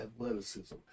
athleticism